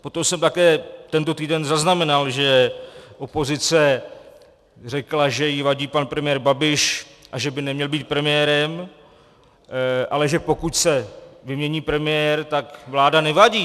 Potom jsem také tento týden zaznamenal, že opozice řekla, že jí vadí pan premiér Babiš a že by neměl být premiérem, ale že pokud se vymění premiér, tak vláda nevadí.